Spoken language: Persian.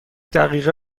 دقیقه